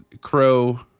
crow